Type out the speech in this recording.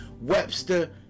Webster